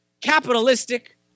capitalistic